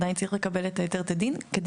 עדיין צריך לקבל את ההיתר כדין.